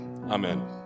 Amen